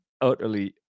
utterly